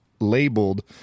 labeled